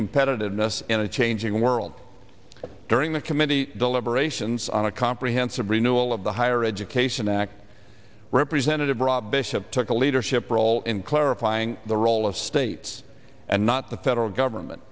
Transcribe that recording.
competitiveness in a changing world during the committee deliberations on a comprehensive renewal of the higher education act representative rob bishop took a leadership role in clarifying the role of states and not the federal government